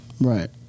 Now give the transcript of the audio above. Right